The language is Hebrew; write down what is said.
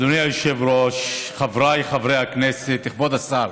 אדוני היושב-ראש, חבריי חברי הכנסת, כבוד השר,